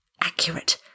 accurate